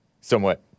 Somewhat